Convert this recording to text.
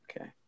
Okay